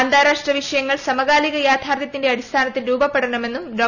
അന്താരാഷ്ട്ര വിഷയങ്ങൾ സമകാലിക യാഥാർത്ഥ്യത്തിന്റെ രൂപപ്പെടണമെന്നും ഡോ